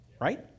right